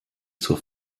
zur